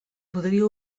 podria